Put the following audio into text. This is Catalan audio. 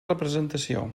representació